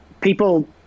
people